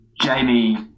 Jamie